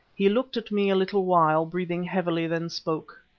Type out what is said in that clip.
he looked at me a little while, breathing heavily, then spoke.